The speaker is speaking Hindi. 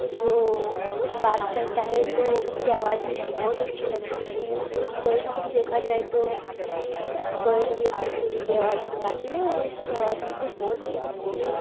जो वह जो बात करता है तो उसकी आवाज़ मुझे बहुत अच्छी लगती है और कोयल को भी देखा जाए तो कोयल भी अपने सुरीली आवाज़ में गाती है और उसकी आवाज़ मुझे बहुत अच्छी लगती है